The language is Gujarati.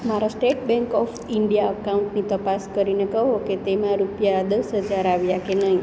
મારા સ્ટેટ બેંક ઓફ ઇન્ડિયા એકાઉન્ટની તપાસ કરીને કહો કે તેમાં રૂપિયા દસ હજાર આવ્યાં કે નહીં